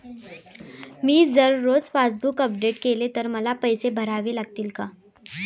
मी जर रोज passbook update केले तर मला पैसे भरावे लागतील का?